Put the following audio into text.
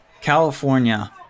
California